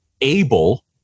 able